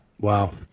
Wow